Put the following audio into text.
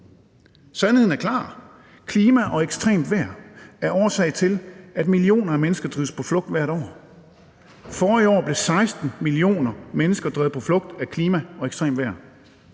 Sandheden er klar. Klima og ekstremt vejr er årsag til, at millioner af mennesker drives på flugt hvert år. Forrige år blev 16 millioner mennesker drevet på flugt af klima og ekstremt vejr.